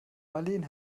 marleen